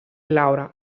laura